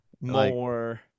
more